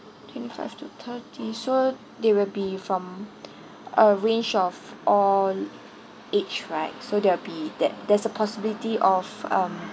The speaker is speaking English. twenty five to thirty so they will be from uh range of on each right so they will be that there is a possibility of um